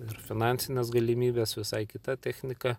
ir finansines galimybes visai kita technika